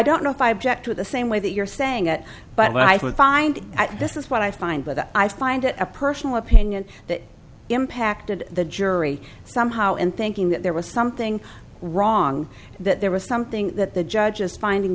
don't know if i object to the same way that you're saying that but i find this is what i find but i find it a personal opinion that impacted the jury somehow in thinking that there was something wrong that there was something that the judge is finding